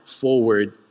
forward